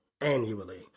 annually